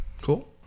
cool